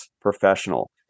professional